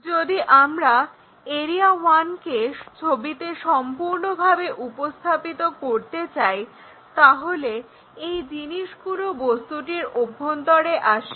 যদি আমরা এরিয়া ওয়ানকে ছবিতে সম্পূর্ণভাবে উপস্থাপিত করতে চাই তাহলে এই জিনিসগুলো বস্তুটির অভ্যন্তরে আসে